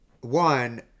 one